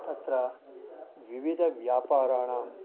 तत्र विविधव्यापाराणाम्